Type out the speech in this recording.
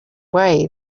way